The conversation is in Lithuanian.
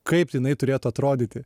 kaip jinai turėtų atrodyti